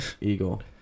Eagle